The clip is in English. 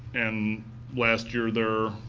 and last year there